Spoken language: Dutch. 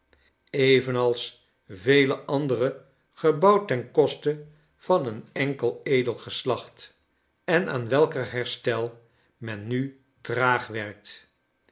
evenals vele andere gebouwd ten koste van een enkel edel geslacht en aan welker herstel men nu traag werkt